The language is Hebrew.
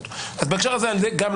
אז גם בהקשר הזה אין מחלוקת.